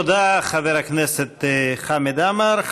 תודה, חבר הכנסת חמד עמאר.